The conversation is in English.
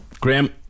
Graham